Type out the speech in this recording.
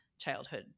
childhood